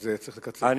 אז צריך,